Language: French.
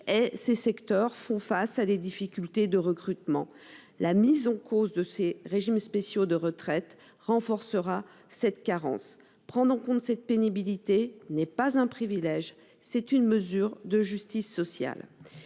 de secteurs qui rencontrent des difficultés de recrutement. La mise en cause des régimes spéciaux de retraite renforcera cette carence. Prendre en compte la pénibilité est non pas un privilège, mais une mesure de justice sociale.